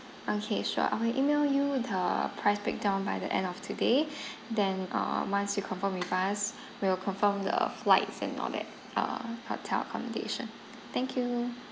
okay sure I'll email you the price breakdown by the end of today then uh once you confirm with us we'll confirm the flights and all that uh hotel accommodation thank you